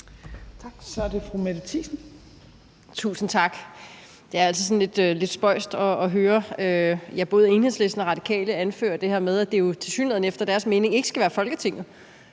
Kl. 15:28 Mette Thiesen (NB): Tusind tak. Det er altid sådan lidt spøjst at høre både Enhedslisten og Radikale anføre det her med, at det jo tilsyneladende efter deres mening ikke skal være Folketinget,